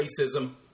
racism